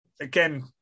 again